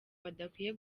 badakwiye